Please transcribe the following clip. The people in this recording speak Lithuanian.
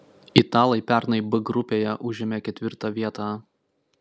italai pernai b grupėje užėmė ketvirtą vietą